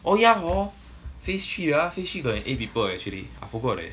oh yeah hor phase three ah phase three got and eight people actually I forgot eh